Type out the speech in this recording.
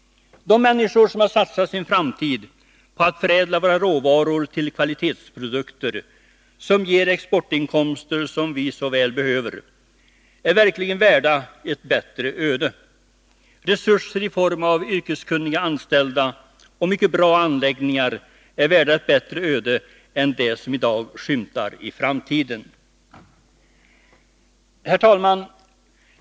De människor som har satsat sin framtid på att förädla våra råvaror till kvalitetsprodukter, som ger exportinkomster som vi så väl behöver, är verkligen värda ett bättre öde. Resurser i form av yrkeskunniga anställda och mycket bra anläggningar är värda ett bättre öde än det som i dag skymtar i framtiden. Herr talman!